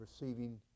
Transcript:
receiving